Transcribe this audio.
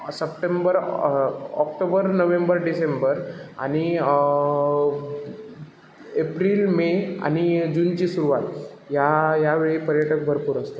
September October November December आणि April May आणि जूनची सुरुवात ह्या ह्यावेळी पर्यटक भरपूर असतात